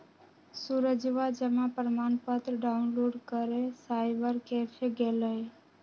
सूरजवा जमा प्रमाण पत्र डाउनलोड करे साइबर कैफे गैलय